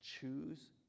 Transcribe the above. Choose